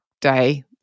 day